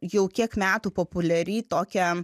jau kiek metų populiari tokia